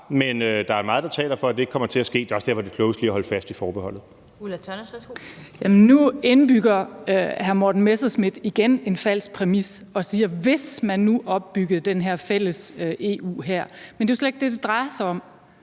men der er meget, der taler for, at det ikke kommer til at ske, og det er også derfor, det er klogest lige at holde fast i forbeholdet. Kl. 16:12 Den fg. formand (Annette Lind): Ulla Tørnæs, værsgo. Kl. 16:12 Ulla Tørnæs (V): Nu indbygger hr. Morten Messerschmidt igen en falsk præmis og siger, at hvis man nu opbyggede den her fælles EU-hær. Men det er jo slet ikke det, det drejer sig om,